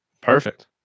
Perfect